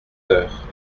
heures